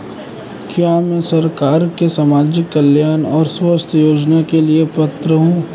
क्या मैं सरकार के सामाजिक कल्याण और स्वास्थ्य योजना के लिए पात्र हूं?